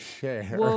share